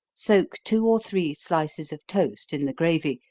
soak two or three slices of toast in the gravy,